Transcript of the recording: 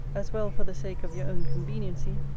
as well for the sake of your own conveniency,